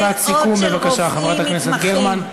משפט סיכום, בבקשה, חברת הכנסת גרמן.